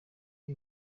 iri